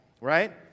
right